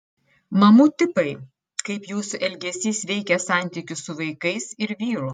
mamų tipai kaip jūsų elgesys veikia santykius su vaikais ir vyru